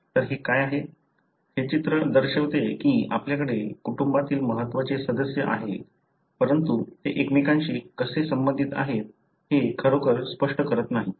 तर हे काय आहे हे चित्र दर्शवते की आपल्याकडे कुटुंबातील महत्त्वाचे सदस्य आहेत परंतु ते एकमेकांशी कसे संबंधित आहेत हे खरोखर स्पष्ट करत नाही